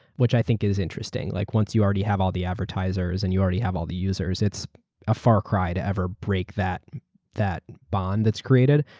which i think is interesting. like once you already have all the advertisers and you already have all the users, it's it's a far cry to ever break that that bond that's created.